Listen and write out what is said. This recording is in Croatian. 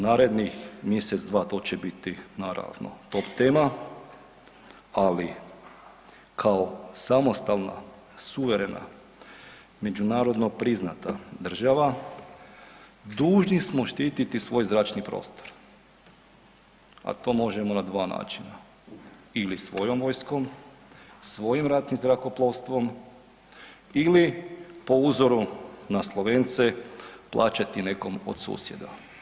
Narednih mjesec, dva, to će biti naravno top tema, ali kao samostalna, suverena, međunarodno priznata država dužni smo štititi svoj zračni prostor, a to možemo na dva načina, ili svojom vojskom, svojim ratnim zrakoplovstvom ili po uzoru na Slovence plaćati nekom od susjeda.